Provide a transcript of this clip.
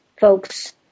folks